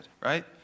right